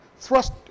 thrust